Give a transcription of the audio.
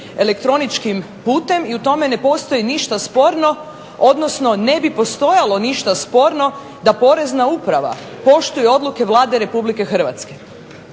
elektroničkim putem i u tome ne postoji ništa sporno odnosno ne bi postojalo ništa sporno da Porezna uprava poštuje odluke Vlade Republike Hrvatske.